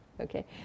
Okay